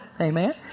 Amen